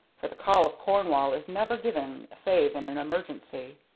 for the call of cornwall is never given save in an emergency.